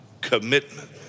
commitment